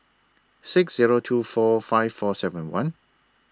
six Zero two four five four seven one